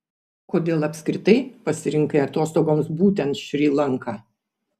kodėl apskritai pasirinkai atostogoms būtent šri lanką